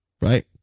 Right